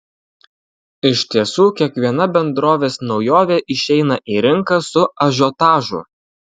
iš tiesų kiekviena bendrovės naujovė išeina į rinką su ažiotažu